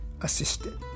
assisted